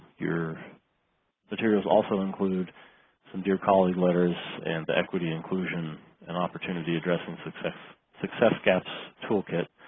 your materials also include some dear colleague letters and equity inclusion and opportunity addressing success success gaps toolkit.